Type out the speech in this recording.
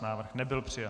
Návrh nebyl přijat.